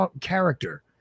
character